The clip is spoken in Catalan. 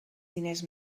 diners